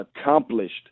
accomplished